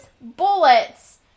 bullets